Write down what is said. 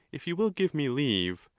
if you will give me leave,